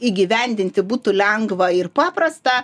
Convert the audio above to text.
įgyvendinti būtų lengva ir paprasta